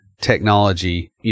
technology